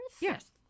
Yes